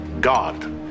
God